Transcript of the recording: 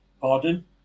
Pardon